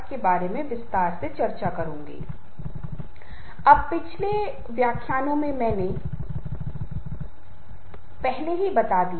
एक नेता के पास कई अन्य चीजों के बीच कुछ गुण होने चाहिए